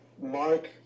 Mark